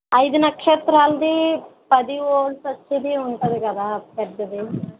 ఐదు నక్షత్రాలది పది వోల్ట్స్ వచ్ఛేది ఉంటుంది కదా పెద్దది